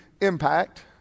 impact